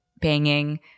banging